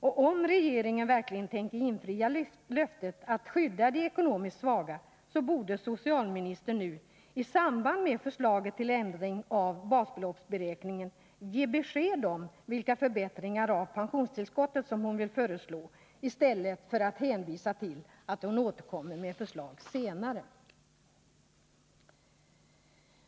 Och om regeringen verkligen tänker infria löftet att skydda de ekonomiskt svaga, borde socialministern nu, i samband med förslaget till ändring av basbeloppsberäkningen, ge besked om vilka förbättringar av pensionstillskottet som hon vill föreslå — i stället för att hänvisa till att hon återkommer med förslag senare.